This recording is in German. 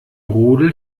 rudel